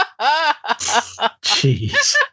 Jeez